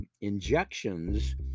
injections